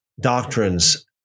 doctrines